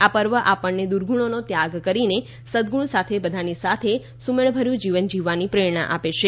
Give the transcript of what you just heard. આ પર્વ આપણને દુર્ગણોનો ત્યાગ કરીને સદગુણ સાથે બધાની સાથે સુમેળભર્યું જીવન જીવવાની પ્રેરણા આપે છે